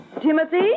Timothy